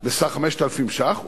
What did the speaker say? על סך 5,000 ש"ח,